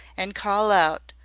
an call out,